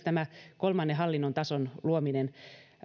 tämä kolmannen hallinnon tason luominen